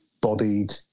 bodied